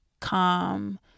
calm